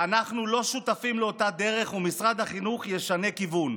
מצטט: אנחנו לא שותפים לאותה דרך ומשרד החינוך ישנה כיוון.